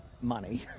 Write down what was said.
money